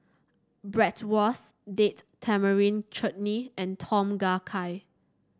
Bratwurst Date Tamarind Chutney and Tom Kha Gai